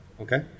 Okay